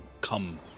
come